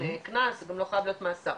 קנס גם לא חייב להיות מאסר,